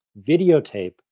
videotape